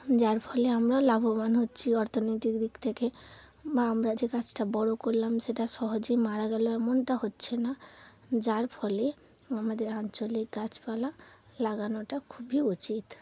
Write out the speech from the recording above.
যার ফলে আমরা লাভবান হচ্ছি অর্থনৈতিক দিক থেকে বা আমরা যে গাছটা বড়ো করলাম সেটা সহজেই মারা গেলো এমনটা হচ্ছে না যার ফলে আমাদের আঞ্চলিক গাছপালা লাগানোটা খুবই উচিত